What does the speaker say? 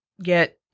get